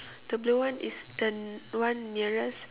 the blue one is the one nearest